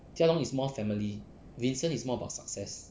jia long is more family vincent is more about success